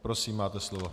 Prosím, máte slovo.